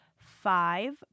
five